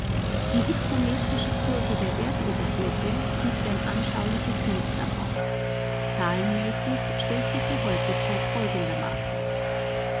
die bekannte hypsometrische kurve der erdoberfläche gibt ein anschauliches bild davon zahlenmäßig stellt sich die häufigkeit folgendermaßen